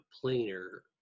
planer